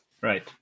Right